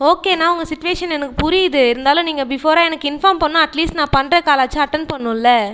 ஓகேண்ணா உங்கள் சிட்டுவேஷன் எனக்கு புரியுது இருந்தாலும் நீங்கள் பிஃபோரா எனக்கு இன்ஃபார்ம் பண்ணணும் அட்லீஸ்ட் நான் பண்ற கால் ஆச்சும் அட்டன்ட் பண்ணணுல்ல